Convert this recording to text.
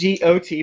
GOT